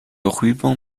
ruban